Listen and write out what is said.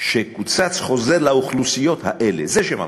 שקוצץ חוזר לאוכלוסיות האלה, זה שם המשחק,